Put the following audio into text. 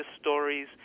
stories